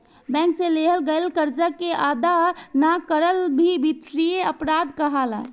bank से लेवल गईल करजा के अदा ना करल भी बित्तीय अपराध कहलाला